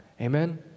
Amen